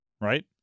right